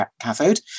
cathode